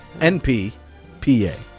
N-P-P-A